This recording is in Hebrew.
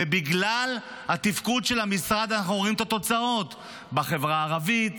ובגלל התפקוד של המשרד אנחנו רואים את התוצאות בחברה הערבית,